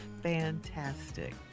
fantastic